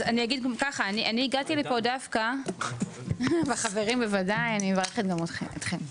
ואת החברים, בוודאי; אני מברכת גם אתכם.